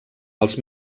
els